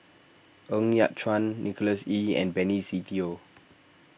Ng Yat Chuan Nicholas Ee and Benny Se Teo